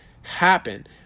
happen